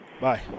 Bye